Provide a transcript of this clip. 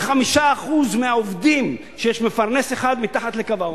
45% מהעובדים, כשיש מפרנס אחד, הם מתחת לקו העוני.